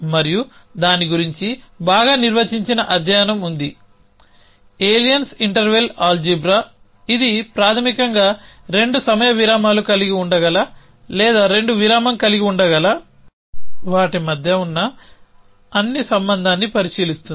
మరియు దాని గురించి బాగా నిర్వచించిన అధ్యయనం ఉంది ఏలియన్స్ ఇంటర్వెల్ ఆల్జీబ్రా ఇది ప్రాథమికంగా రెండు సమయ విరామాలు కలిగి ఉండగల లేదా రెండు విరామం కలిగి ఉండగల వాటి మధ్య ఉన్న అన్ని సంబంధాన్ని పరిశీలిస్తుంది